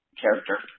character